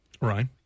Right